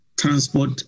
transport